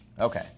Okay